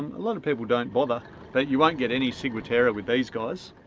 a lot of people don't bother but you won't get any ciguatera with these guys,